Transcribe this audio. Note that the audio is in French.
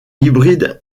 hybride